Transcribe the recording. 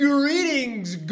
Greetings